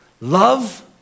Love